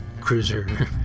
cruiser